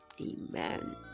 Amen